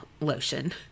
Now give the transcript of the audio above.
lotion